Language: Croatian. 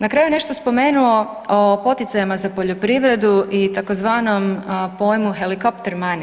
Na kraju je nešto spomenuo o poticajima za poljoprivredu i tzv. pojmu helicopter money.